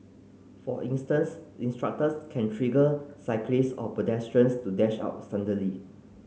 for instance instructors can trigger cyclist or pedestrians to dash out suddenly